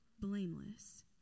blameless